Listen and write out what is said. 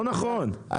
לא נכון,